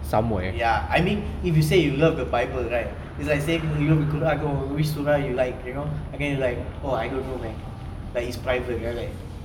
ya I mean if you say you love the bible right it's like saying you love the quran oh which surah you like you know then you like oh I don't know man like it's private then I'm like